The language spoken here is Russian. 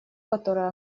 которых